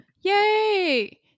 Yay